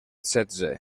setze